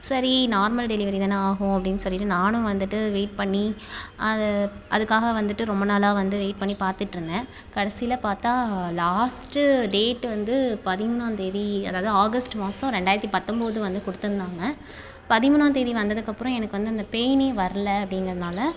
சரி normal delivery தானே ஆகும் அப்படினு சொல்லிவிட்டு நானும் வந்துவிட்டு வெயிட் பண்ணி அதை அதற்காக வந்துவிட்டு ரொம்ப நாளாக வந்து வெயிட் பண்ணி பார்த்துட்ருந்தேன் கடைசியில பார்த்தா லாஸ்ட்டு டேட் வந்து பதிமூணாம்தேதி அதாவது ஆகஸ்ட் மாதம் ரெண்டாயிரத்து பத்தொம்பது வந்து கொடுத்துருந்தாங்க பதிமூணாம்தேதி வந்ததுக்கு அப்புறம் எனக்கு வந்து அந்த பெயினே வரல அப்படிங்கிறதுனால